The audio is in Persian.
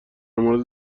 مورد